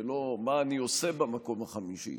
ולא: מה אני עושה במקום החמישי,